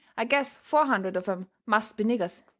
i guess four hundred of em must be niggers.